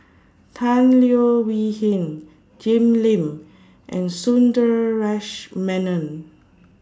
Tan Leo Wee Hin Jim Lim and Sundaresh Menon